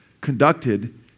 conducted